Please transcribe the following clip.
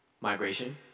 migration